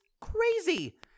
crazy